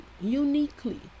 uniquely